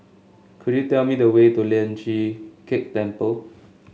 could you tell me the way to Lian Chee Kek Temple